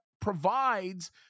provides